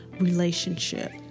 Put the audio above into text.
relationship